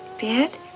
bed